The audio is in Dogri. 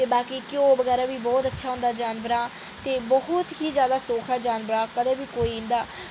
ते बाकी घ्यो बगैरा बी बहुत अच्छा होंदा जानवरें दा ते बहुत ही जैदा सुख ऐ इ'नें जानवरें दा